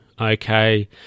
okay